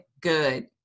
good